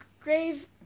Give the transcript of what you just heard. grave